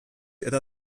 eta